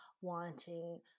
wanting